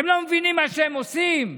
הם לא מבינים מה שהם עושים?